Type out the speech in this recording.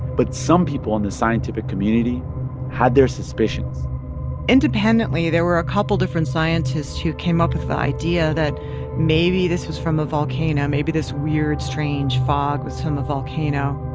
but some people in the scientific community had their suspicions independently, there were a couple different scientists who came up with the idea that maybe this was from a volcano. maybe this weird, strange fog was from a volcano.